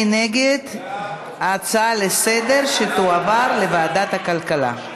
מי נגד שתועבר ההצעה לסדר-היום לוועדת הכלכלה?